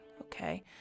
okay